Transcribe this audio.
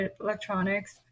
electronics